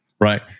right